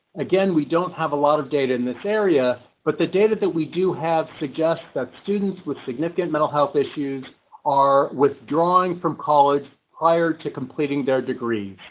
again? we don't have a lot data in this area? but the data that we do have suggest that students with significant mental health issues are withdrawing from college prior to completing their degree,